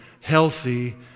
healthy